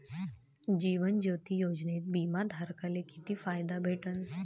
जीवन ज्योती योजनेत बिमा धारकाले किती फायदा भेटन?